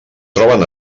troben